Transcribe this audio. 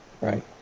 right